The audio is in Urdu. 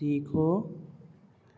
سیکھو